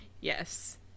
yes